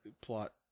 plot